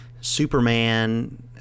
Superman